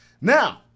Now